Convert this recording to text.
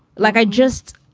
like i just.